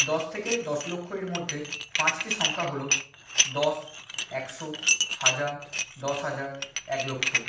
দশ থেকে দশ লক্ষ এর মধ্যে পাঁচটি সংখ্যা হলো দশ একশো হাজার দশ হাজার এক লক্ষ